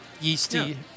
yeasty